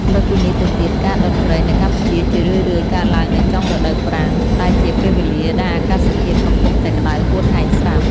លើសពីនេះទៅទៀត ការដុតព្រៃនៅកម្ពុជាជារឿយៗកើតឡើងនៅចុងរដូវប្រាំង ដែលជាពេលវេលាដែលអាកាសធាតុកំពុងតែក្ដៅហួតហែងស្រាប់។